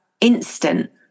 instant